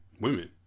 women